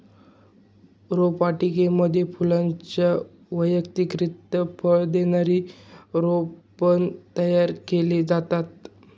रोपवाटिकेमध्ये फुलांच्या व्यतिरिक्त फळ देणारी रोपे पण तयार केली जातात